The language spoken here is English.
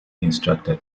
instructor